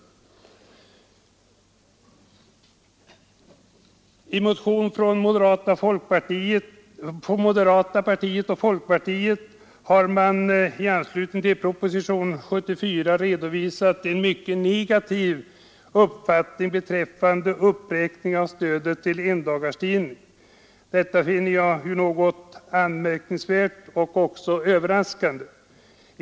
I motioner från moderata samlingspartiet och folkpartiet till propositionen 1974:74 har man redovisat en mycket negativ uppfattning om uppräkning av stödet till endagstidningar. Detta finner jag något anmärkningsvärt och överraskande.